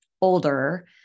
older